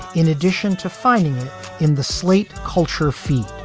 in addition to finding it in the slate culture, ft.